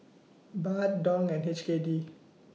Baht Dong and H K D